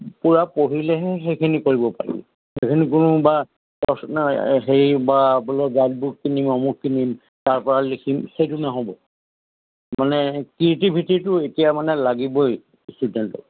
পূৰা পঢ়িলেহে সেইখিনি কৰিব পাৰি সেইখিনি কোনোবা নাই হেৰি বা বোলে গাইডবুক কিনিম অমুক কিনিম তাৰপৰা লিখিম সেইটো নহ'ব মানে ক্ৰিয়েটিভিটিটো এতিয়া মানে লাগিবই ষ্টুডেণ্টক